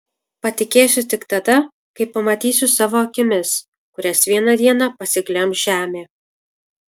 patikėsiu tik tada kai pamatysiu savo akimis kurias vieną dieną pasiglemš žemė